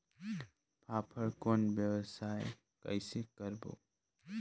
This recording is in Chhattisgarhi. फाफण कौन व्यवसाय कइसे करबो?